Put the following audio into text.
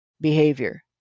behavior